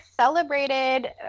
celebrated